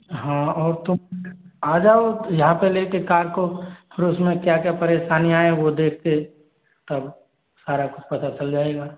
हाँ और तुम आ जाओ तो यहाँ पे ले के कार को फिर उसमें क्या क्या परेशानियाँ हैं वो देखते है तब सारा कुछ पता चल जाएगा